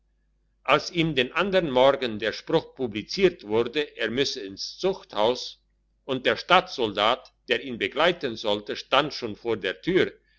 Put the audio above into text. als ihm den andern morgen der spruch publiziert wurde er müsse ins zuchthaus und der stadtsoldat der ihn begleiten sollte stand schon vor der tür